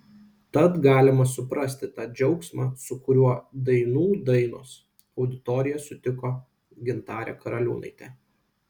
tad galima suprasti tą džiaugsmą su kuriuo dainų dainos auditorija sutiko gintarę karaliūnaitę